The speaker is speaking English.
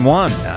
one